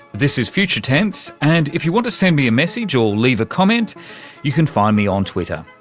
this is future tense, and if you want to send me a message or leave a comment you can find me on twitter,